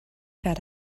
that